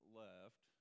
left